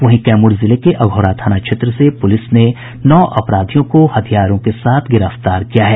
वहीं कैमूर जिले को अघौरा थाना क्षेत्र से पुलिस ने नौ अपराधियों को हथियारों के साथ गिरफ्तार किया है